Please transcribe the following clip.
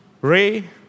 Ray